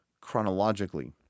chronologically